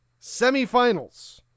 semifinals